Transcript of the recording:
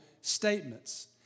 statements